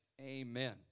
Amen